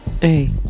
hey